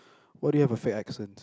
why do you have a fake accents